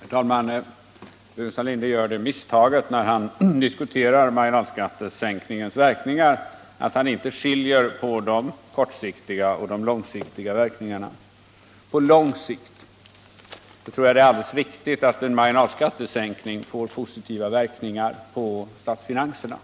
Herr talman! Staffan Burenstam Linder gör det misstaget när han diskuterar marginalskattesänkningarnas verkningar att han inte skiljer på de kortsiktiga och de långsiktiga verkningarna. På lång sikt tror jag det är alldeles riktigt att en marginalskattesänkning får positiva verkningar på statsfinanserna.